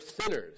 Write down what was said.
sinners